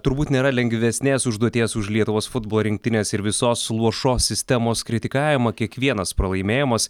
turbūt nėra lengvesnės užduoties už lietuvos futbolo rinktinės ir visos luošos sistemos kritikavimą kiekvienas pralaimėjimas